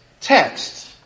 text